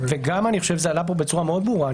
אני חושב שזה עלה פה בצורה מאוד ברורה.